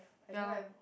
ya loh